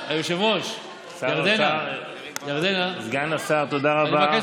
היושב-ראש, ירדנה, סגן השר, תודה רבה.